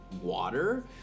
water